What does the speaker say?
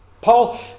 Paul